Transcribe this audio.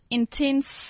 intense